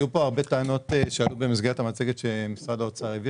עלו פה הרבה טענות במסגרת המצגת שהציג משרד האוצר.